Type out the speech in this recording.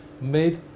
made